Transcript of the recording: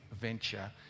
venture